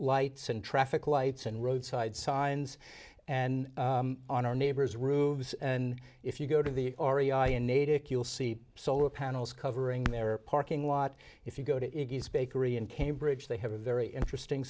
lights and traffic lights and roadside signs and on our neighbor's roof and if you go to the r e i in natick you'll see solar panels covering their parking lot if you go to iggy's bakery in cambridge they have a very interesting